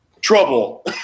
trouble